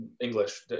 English